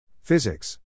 Physics